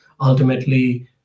ultimately